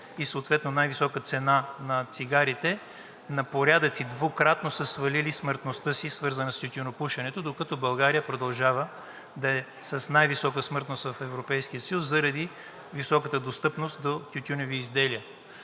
и съответно най-висока цена на цигарите на порядъци двукратно са свалили смъртността си, свързана с тютюнопушенето, докато България продължава да е с най-висока смъртност в Европейския съюз заради високата достъпност до тютюневи изделия.